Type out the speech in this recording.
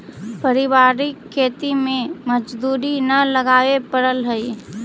पारिवारिक खेती में मजदूरी न लगावे पड़ऽ हइ